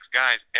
guys